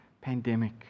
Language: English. pandemic